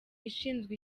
ishinzwe